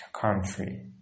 country